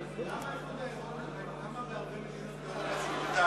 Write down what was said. למה האיחוד האירופי, למה בהרבה מדינות זה בוטל?